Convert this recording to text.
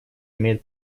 имеет